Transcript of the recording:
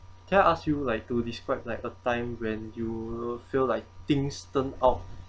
can I ask you like to describe like a time when you feel like things turn out